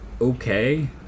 okay